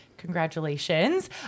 congratulations